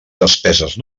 despeses